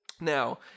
Now